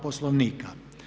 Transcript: Poslovnika.